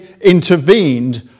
intervened